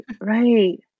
right